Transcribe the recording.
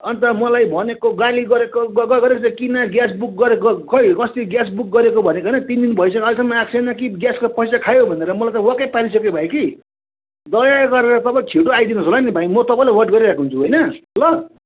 अन्त मलाई भनेको गाली गरेको गरेकै छ किन ग्यास बुक गरेको खोइ अस्ति ग्यास बुक गरेको भनेको होइन तिन दिन भइसक्यो अहिलेसम्म आएको छैन कि ग्यासको पैसा खायौँ भनेर वाक्कै पारिसक्यो भाइ कि दया गरेर तपाईँ छिटो आइदिनुहोस् ल भाइ म तपाईँलाई वेट गरिरहेको हुन्छु होइन ल